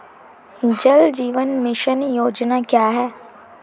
जल जीवन मिशन योजना क्या है?